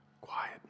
quiet